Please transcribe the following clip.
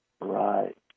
Right